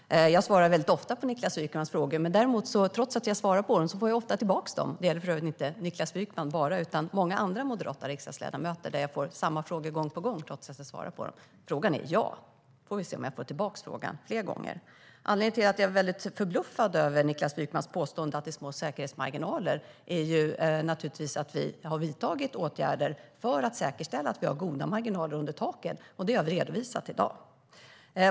Herr talman! Jag svarar väldigt ofta på Niklas Wykmans frågor, men trots att jag svarar på dem får jag ofta tillbaka dem. Det gäller för övrigt inte bara Niklas Wykman utan även många andra moderata riksdagsledamöter. Jag får samma frågor gång på gång, trots att jag svarar på dem. Svaret är ja. Nu får vi se om jag får tillbaka frågan fler gånger. Anledningen till att jag är väldigt förbluffad över Niklas Wykmans påstående att det är små säkerhetsmarginaler är naturligtvis att vi har vidtagit åtgärder för att säkerställa att vi har goda marginaler under taket, och det har vi redovisat i dag.